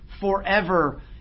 forever